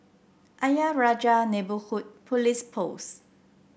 Ayer Rajah Neighbourhood Police Post